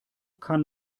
kann